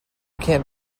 can’t